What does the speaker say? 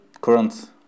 current